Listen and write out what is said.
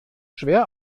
schwer